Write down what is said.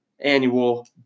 annual